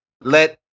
let